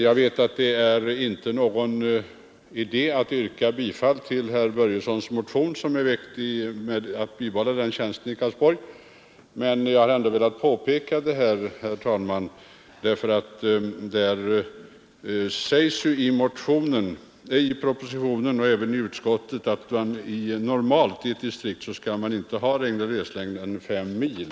Jag vet att det inte är någon idé att yrka bifall till herr Börjessons i Falköping motion om att bibehålla tjänsten i Karlsborg, men jag har ändå, herr talman, velat beröra denna fråga. Det sägs ju i propositionen och även i utskottets betänkande att man normalt i ett distrikt inte skall ha längre resväg än fem mil.